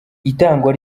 itangwa